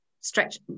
stretch